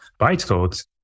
bytecode